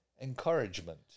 encouragement